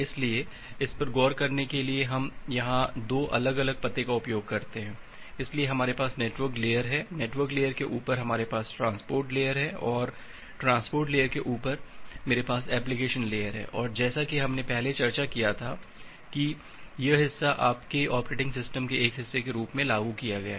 इसलिए इस पर गौर करने के लिए हम यहां 2 अलग अलग पते का उपयोग करते हैं इसलिए हमारे पास नेटवर्क लेयर है नेटवर्क लेयर के ऊपर हमारे पास ट्रांसपोर्ट लेयर है और ट्रांसपोर्ट लेयर के ऊपर मेरे पास एप्लीकेशन लेयर है और जैसा कि हमने पहले चर्चा किया था कि यह हिस्सा आपके ऑपरेटिंग सिस्टम के एक हिस्से के रूप में लागू किया गया है